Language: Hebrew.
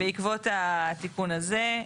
בעקבות התיקון הזה,